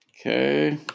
Okay